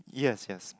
yes yes